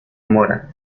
mora